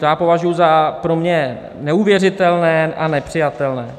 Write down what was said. To považuji za pro mě neuvěřitelné a nepřijatelné.